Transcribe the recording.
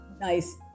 nice